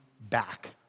back